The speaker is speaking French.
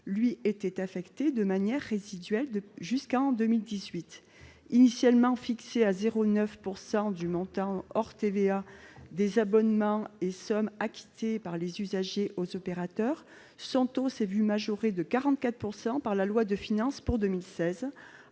a été affectée de manière résiduelle au groupe public jusqu'en 2018. Initialement fixé à 0,9 % du montant hors TVA des abonnements et sommes acquittés par les usagers aux opérateurs, son taux a été majoré de 44 % par la loi de finances pour 2016,